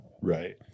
Right